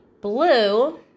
blue